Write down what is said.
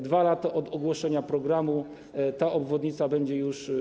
2 lata od ogłoszenia programu ta obwodnica będzie już.